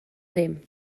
ddim